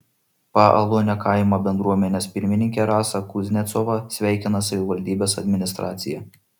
paaluonio kaimo bendruomenės pirmininkę rasą kuznecovą sveikina savivaldybės administracija